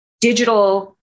digital